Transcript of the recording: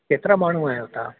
केतिरा माण्हू आहियो तव्हां